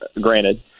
granted